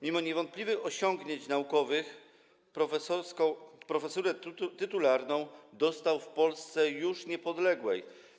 Mimo niewątpliwych osiągnięć naukowych profesurę tytularną dostał w Polsce już niepodległej.